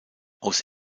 aus